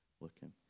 looking